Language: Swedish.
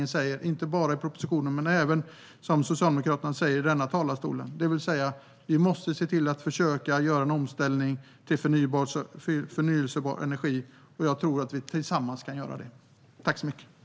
Det gäller inte bara målen i propositionen utan även det som Socialdemokraterna talar om i denna talarstol, det vill säga att vi måste se till att försöka göra en omställning till förnybar energi. Jag tror att vi kan göra det tillsammans.